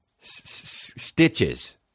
stitches